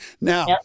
now